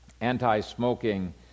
anti-smoking